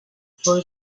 foi